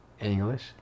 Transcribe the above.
English